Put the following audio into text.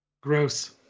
Gross